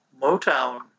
Motown